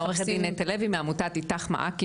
עו"ד נטע לוי מעמותת אית"ך מעכי,